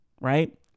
right